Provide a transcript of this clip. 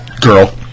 Girl